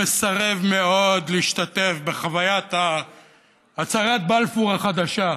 מסרב מאוד להשתתף בחוויית הצהרת בלפור החדשה,